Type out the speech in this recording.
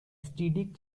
std